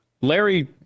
Larry